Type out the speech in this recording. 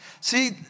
See